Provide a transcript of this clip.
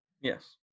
Yes